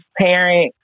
parent